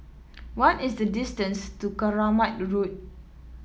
what is the distance to Keramat Road